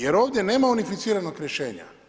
Jer ovdje nema unificiranog rješenje.